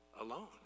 alone